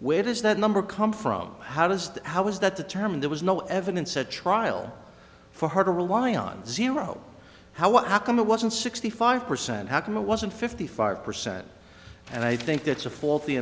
where does that number come from how does the how is that the term there was no evidence at trial for her to rely on zero how come it wasn't sixty five percent how come it wasn't fifty five percent and i think that's a faulty